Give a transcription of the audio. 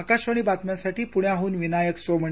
आकाशवाणी बातम्यांसाठी पुण्याह्न विनायक सोमणी